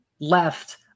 left